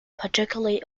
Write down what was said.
particularly